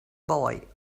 boy